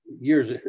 years